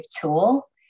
tool